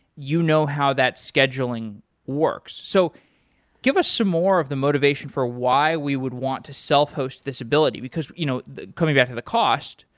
you know how that scheduling works. so give us some more of the motivation for why we would want to self-host disability, because you know coming back to the cost,